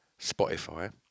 Spotify